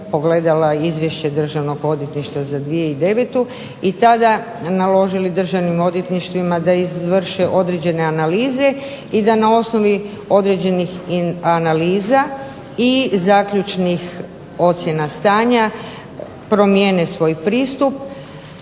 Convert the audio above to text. pogledala Izvješće Državnog odvjetništva za 2009. i tada naložili državnim odvjetništvima da izvrše određene analize i da na osnovi određenih analiza i zaključnih ocjena stanja promijene svoj pristup,